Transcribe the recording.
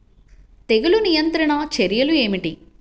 తెగులు నియంత్రణ చర్యలు ఏమిటి?